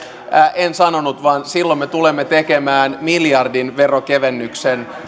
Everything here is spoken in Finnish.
en sanonut vaan silloin me tulemme tekemään miljardin veronkevennyksen